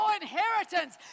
inheritance